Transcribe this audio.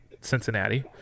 cincinnati